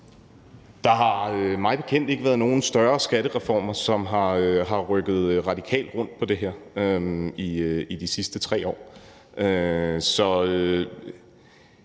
Der har mig bekendt ikke været nogen større skattereformer, som har rykket radikalt rundt på det her i de sidste 3 år.